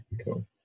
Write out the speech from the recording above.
cool